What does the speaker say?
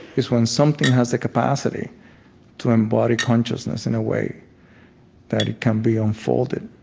it's when something has the capacity to embody consciousness in a way that it can be unfolded